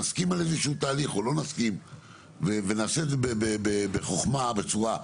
נסכים על איזשהו תהליך או לא נסכים ונעשה את זה בחוכמה בצורה,